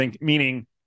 Meaning